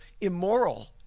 immoral